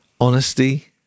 Honesty